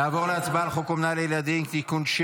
נעבור להצבעה על הצעת חוק אומנה לילדים (תיקון מס'